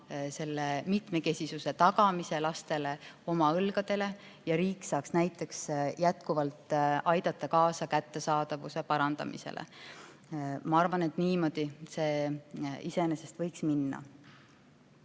võtma mitmekesisuse tagamise lastele oma õlgadele ja riik saaks edaspidigi aidata kaasa kättesaadavuse parandamisele. Ma arvan, et niimoodi see iseenesest võiks minna.